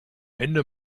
ende